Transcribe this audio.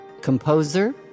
composer